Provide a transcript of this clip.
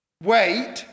Wait